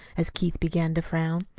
as keith began to frown.